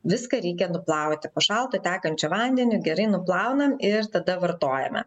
viską reikia nuplauti po šaltu tekančiu vandeniu gerai nuplaunam ir tada vartojame